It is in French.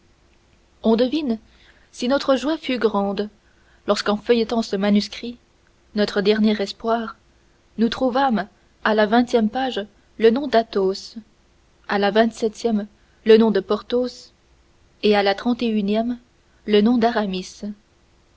on devine si notre joie fut grande lorsqu'en feuilletant ce manuscrit notre dernier espoir nous trouvâmes à la vingtième page le nom d'athos à la vingt-septième le nom de porthos et à la trente et unième le nom d'aramis